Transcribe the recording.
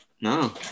No